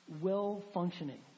well-functioning